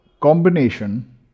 combination